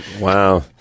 Wow